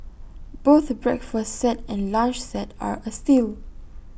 both breakfast set and lunch set are A steal